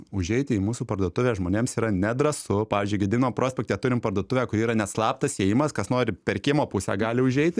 užeiti į mūsų parduotuvę žmonėms yra nedrąsu pavyzdžiui gedimino prospekte turim parduotuvę kur yra net slaptas įėjimas kas nori per kiemo pusę gali užeiti